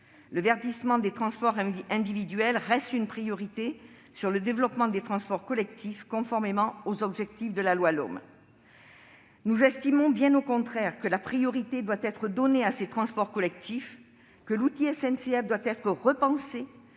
Le verdissement des transports individuels reste une priorité sur le développement des transports collectifs, conformément aux objectifs de la loi LOM. Nous estimons, bien au contraire, que priorité doit être donnée aux transports collectifs, que l'outil SNCF doit être repensé